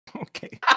okay